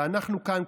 ואנחנו כאן,